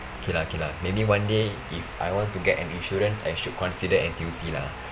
okay lah okay lah maybe one day if I want to get an insurance I should consider N_T_U_C lah